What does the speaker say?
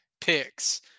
picks